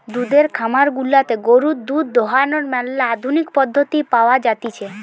দুধের খামার গুলাতে গরুর দুধ দোহানোর ম্যালা আধুনিক পদ্ধতি পাওয়া জাতিছে